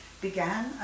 began